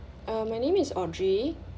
uh my name is audrey